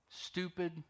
Stupid